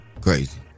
Crazy